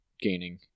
gaining